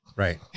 right